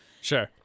Sure